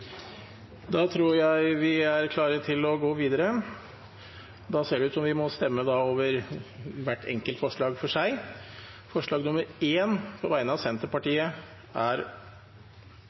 Da sjekker vi innstillingen. – Da er vi klare til å gå videre, og vi må stemme over hvert enkelt forslag for seg. Vi voterer om igjen over forslag nr. 1, fra Senterpartiet.